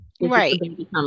Right